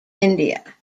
india